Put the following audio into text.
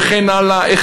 וכן הלאה,